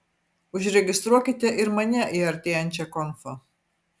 užregistruokite ir mane į artėjančią konfą